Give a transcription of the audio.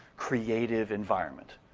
creative environment.